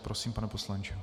Prosím, pane poslanče.